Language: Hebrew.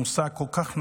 מושג כל כך נחוץ,